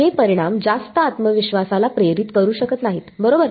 हे परिणाम जास्त आत्मविश्वासाला प्रेरित करू शकत नाहीत बरोबर